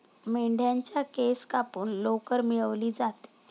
मेंढ्यांच्या केस कापून लोकर मिळवली जाते